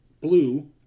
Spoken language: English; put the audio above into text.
blue